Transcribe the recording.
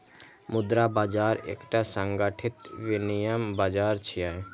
मुद्रा बाजार एकटा संगठित विनियम बाजार छियै